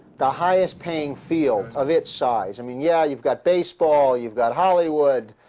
the highest paying field of its size. i mean yeah, you've got baseball, you've got hollywood.